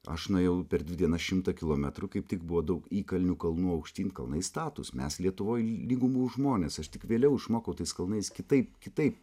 aš nuėjau per dvi dienas šimtą kilometrų kaip tik buvo daug įkalnių kalnų aukštyn kalnai statūs mes lietuvoj lygumų žmonės aš tik vėliau išmokau tais kalnais kitaip kitaip